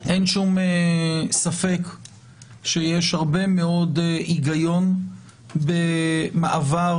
אין שום ספק שיש הרבה מאוד היגיון במעבר